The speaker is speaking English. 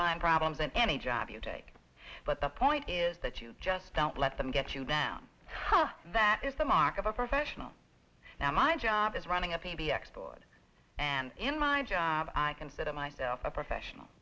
find problems in any job you take but the point is that you just don't let them get you down that is the mark of a professional now my job is running a p b s board and in my job i consider myself a professional